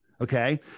Okay